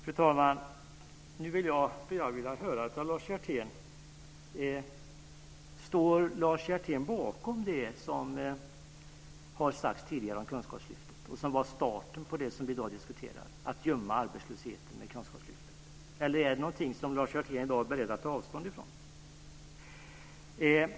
Fru talman! Nu skulle jag vilja höra av Lars Hjertén om han står bakom det som har sagts tidigare om Kunskapslyftet och som var starten på det som vi diskuterar i dag, dvs. att man gömmer arbetslösheten med Kunskapslyftet, eller om det är någonting som han i dag är beredd att ta avstånd ifrån.